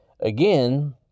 Again